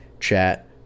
chat